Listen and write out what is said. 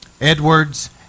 Edwards